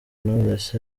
knowless